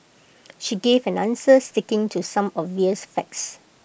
she gave an answer sticking to some obvious facts